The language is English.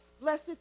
blessed